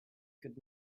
could